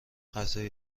غذای